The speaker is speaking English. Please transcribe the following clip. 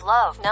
Love